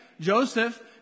Joseph